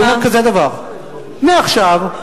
מעכשיו,